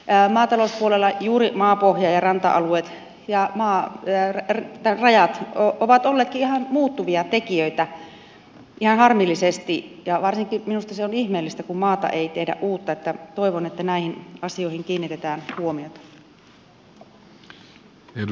maatalouspuolella juuri maapohja ja ranta alueet ja maarajat ovat olleetkin muuttuvia tekijöitä ihan harmillisesti ja minusta varsinkin se on ihmeellistä kun uutta maata ei tehdä että toivon että näihin asioihin kiinnitetään huomiota